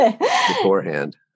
Beforehand